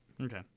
Okay